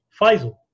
Faisal